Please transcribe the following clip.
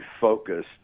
focused